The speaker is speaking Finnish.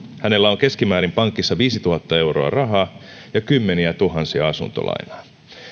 hänellä on keskimäärin pankissa viisituhatta euroa rahaa ja kymmeniätuhansia asuntolainaa